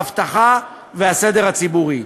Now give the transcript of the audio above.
האבטחה והסדר הציבורי.